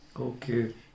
Okay